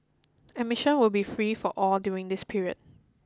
admission will be free for all during this period